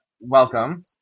welcome